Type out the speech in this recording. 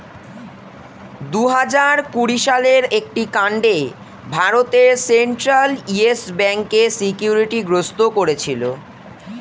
দুহাজার কুড়ি সালের একটি কাণ্ডে ভারতের সেন্ট্রাল ইয়েস ব্যাঙ্ককে সিকিউরিটি গ্রস্ত করেছিল